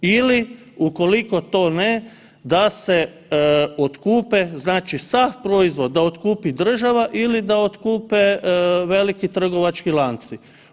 Ili ukoliko to ne, da se otkupe, znači sav proizvod da otkupi država ili da otkupe veliki trgovački lanci.